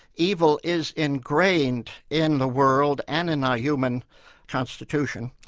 evil is ingrained in the world and in our human constitution,